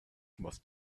must